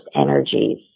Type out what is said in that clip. energies